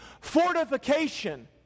fortification